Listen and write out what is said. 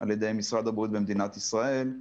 על ידי משרד הבריאות ומדינת ישראל.